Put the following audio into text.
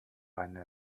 eine